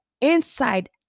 inside